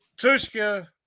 Tushka